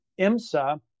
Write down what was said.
IMSA